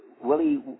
Willie